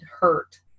hurt